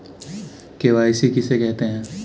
KYC किसे कहते हैं?